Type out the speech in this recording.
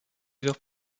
heures